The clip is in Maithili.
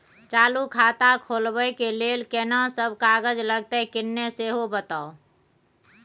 चालू खाता खोलवैबे के लेल केना सब कागज लगतै किन्ने सेहो बताऊ?